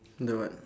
the what